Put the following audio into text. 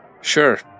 Sure